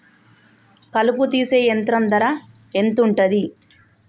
కలుపు తీసే యంత్రం ధర ఎంతుటది?